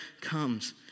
comes